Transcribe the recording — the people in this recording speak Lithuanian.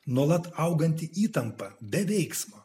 nuolat auganti įtampa be veiksmo